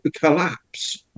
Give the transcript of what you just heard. collapse